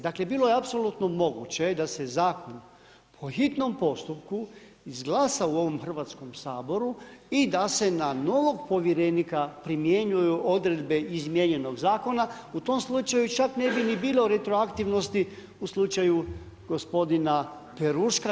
Dakle bilo je apsolutno moguće da se zakon po hitnom postupku izglasa u ovom Hrvatskom saboru i da se na novog povjerenika primjenjuju odredbe izmijenjenog zakona. u tom slučaju čak ne ni bilo retroaktivnosti u slučaju gospodina Peruška.